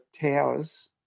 towers